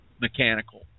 mechanical